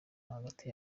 hagati